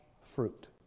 fruit